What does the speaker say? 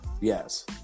Yes